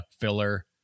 filler